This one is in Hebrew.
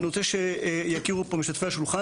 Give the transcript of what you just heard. אני רוצה שיכירו פה משתתפי השולחן.